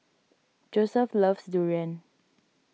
Joesph loves Durian